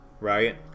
right